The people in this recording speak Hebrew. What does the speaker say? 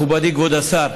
מכובדי כבוד השר,